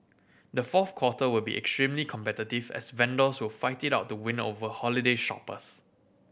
the fourth quarter will be extremely competitive as vendors will fight it out to win over holiday shoppers